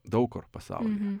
daug kur pasaulyje